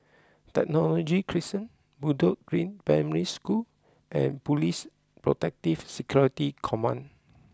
Technology Crescent Bedok Green Primary School and Police Protective Security Command